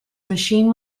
machine